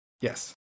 Yes